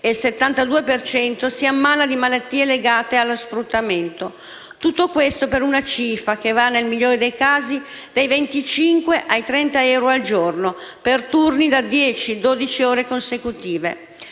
cento si ammala di malattie legate allo sfruttamento. Tutto questo per una cifra che va, nel migliore dei casi, dai 25 ai 30 euro al giorno, per turni da dieci, dodici ore consecutive.